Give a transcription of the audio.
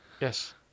Yes